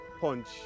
punch